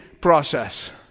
process